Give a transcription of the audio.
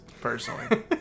personally